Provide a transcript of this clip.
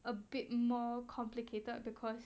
a bit more complicated because